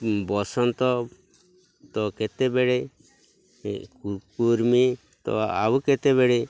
ବସନ୍ତ ତ କେତେବେଳେ କୁର୍ମୀ ତ ଆଉ କେତେବେଳେ